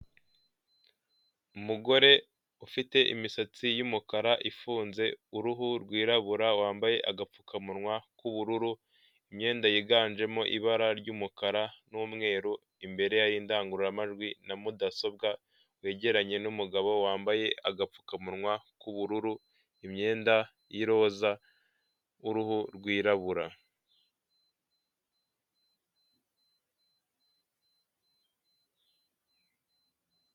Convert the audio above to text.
Umugore ufite imisatsi y'umukara ifunze, uruhu rwirabura, wambaye agapfukamunwa k'ubururu, imyenda yiganjemo ibara ry'umukara n'umweru, imbere ye hari indangururamajwi na mudasobwa, wegeranye n'umugabo wambaye agapfukamunwa k'ubururu, imyenda y'iroza, w'uruhu rwirabura.